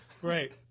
great